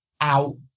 out